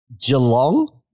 Geelong